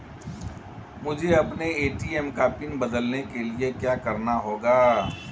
मुझे अपने ए.टी.एम का पिन बदलने के लिए क्या करना होगा?